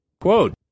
Quote